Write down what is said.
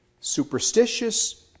superstitious